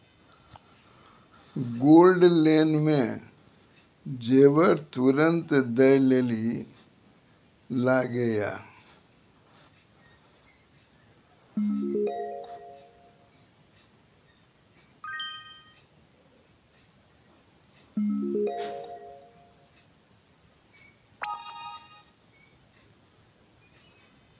Gold loan मे जेबर तुरंत दै लेली लागेया?